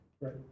Right